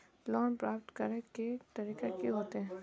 Loan प्राप्त करे के तरीका की होते?